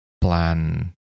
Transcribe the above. plan